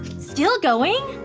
still going?